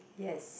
yes